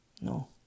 No